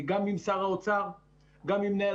בוקר טוב.